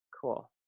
Cool